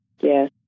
Yes